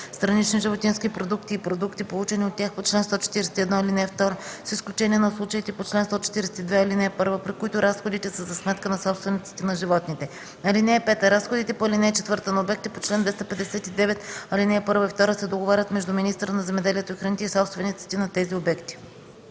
странични животински продукти и продукти, получени от тях по чл. 141, ал. 2, с изключение на случаите по чл. 142, ал. 1, при които разходите са за сметка на собствениците на животните. (5) Разходите по ал. 4 на обекти по чл. 259, ал. 1 и 2 се договарят между министъра на земеделието и храните и собствениците на тези обекти.”